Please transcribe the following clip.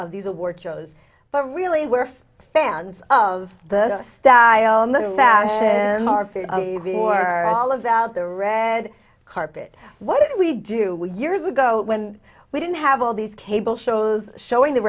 of these award shows but really we're fans of the staff are all about the red carpet what we do we years ago when we didn't have all these cable shows showing the